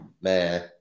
man